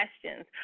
questions